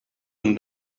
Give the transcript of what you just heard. him